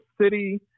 city